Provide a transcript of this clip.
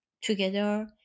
together